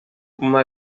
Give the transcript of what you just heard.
uma